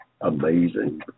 amazing